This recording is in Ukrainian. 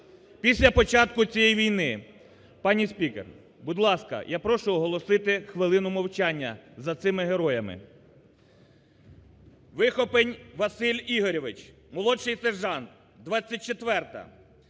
після початку цієї війни. Пані спікер, будь ласка, я прошу оголосити хвилину мовчання за цими героями. Вихопень Василь Ігорович – молодший сержант, 24-а;